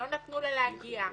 לא נתנו לה להגיע.